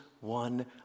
one